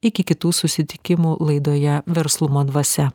iki kitų susitikimų laidoje verslumo dvasia